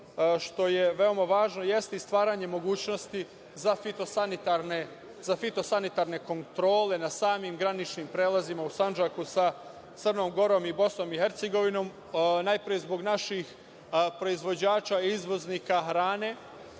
što je veoma važno jeste i stvaranje mogućnosti za fito-sanitarne kontrole na samim graničnim prelazima u Sandžaku sa Crnom Gorom i Bosnom i Hercegovinom, najpre zbog naših proizvođača i izvoznika hrane,